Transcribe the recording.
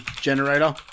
generator